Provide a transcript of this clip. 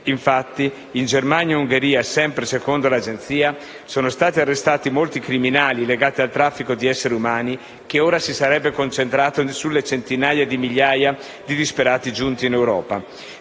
Infatti, in Germania e Ungheria, sempre secondo tale agenzia, sono stati arrestati molti criminali legati al traffico di esseri umani, che ora si sarebbe concentrato sulle centinaia di migliaia di disperati giunti in Europa.